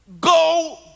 go